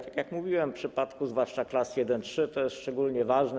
Tak jak mówiłem, w przypadku zwłaszcza klas I-III to jest szczególnie ważne.